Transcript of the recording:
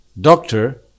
Doctor